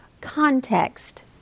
context